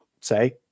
say